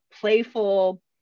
playful